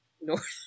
North